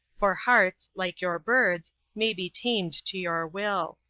for hearts, like your birds, may be tamed to your will.